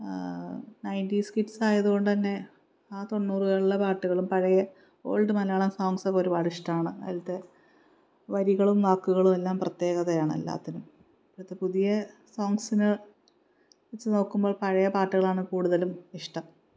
nineties kids ആയതുകൊണ്ടുതന്നെ ആ തൊണ്ണൂറുകളിലെ പാട്ടുകളും പഴയ ഓൾഡ് മലയാളം സോങ്സൊക്കെ ഒരുപാട് ഇഷ്ടമാണ് അതിലത്തെ വരികളും വാക്കുകളും എല്ലാം പ്രത്യേകതയാണ് എല്ലാത്തിനും ഇതിലത്തെ പുതിയ സോങ്സിനെ വച്ചു നോക്കുമ്പോൾ പഴയ പാട്ടുകളാണ് കൂടുതലും ഇഷ്ടം